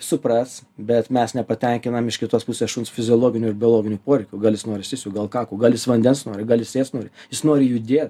supras bet mes nepatenkinam iš kitos pusės šuns fiziologinių ir biologinių poreikių gal jis nori sisiu gal kaku gal jis vandens nori gali jis ėst nori jis nori judėt